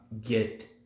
get